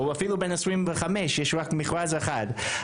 או אפילו בן 25, יש רק מכרז אחד.